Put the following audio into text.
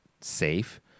safe